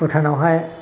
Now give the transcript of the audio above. भुटानावहाय